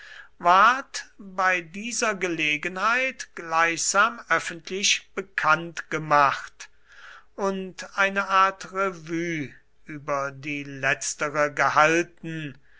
ward bei dieser gelegenheit gleichsam öffentlich bekannt gemacht und eine art revue über die letztere gehalten